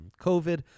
COVID